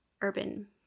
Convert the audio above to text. urban